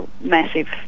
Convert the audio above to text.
massive